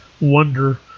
wonder